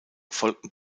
folgten